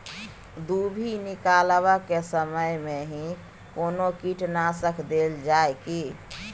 दुभी निकलबाक के समय मे भी कोनो कीटनाशक देल जाय की?